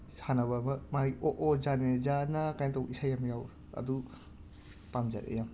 ꯁꯥꯟꯅꯕ ꯑꯃ ꯃꯥꯒꯤ ꯑꯣ ꯑꯣ ꯖꯥꯟꯅꯦ ꯖꯥꯟꯅ ꯀꯥꯏ ꯇꯧꯕ ꯏꯁꯩ ꯑꯃ ꯌꯥꯎꯕꯗꯣ ꯑꯗꯣ ꯄꯥꯝꯖꯔꯛꯑꯦ ꯌꯥꯝ